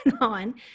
on